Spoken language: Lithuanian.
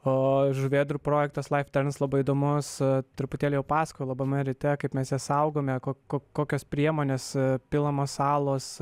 o žuvėdrų projektas laifterms labai įdomus truputėlį jau pasakojau labame ryte kaip mes jas saugome ko kokios priemonės pilamos salos